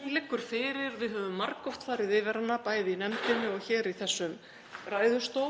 Hún liggur fyrir, við höfum margoft farið yfir hana, bæði í nefndinni og hér í þessum ræðustól,